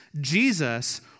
Jesus